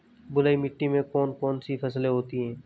बलुई मिट्टी में कौन कौन सी फसलें होती हैं?